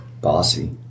bossy